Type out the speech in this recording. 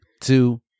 two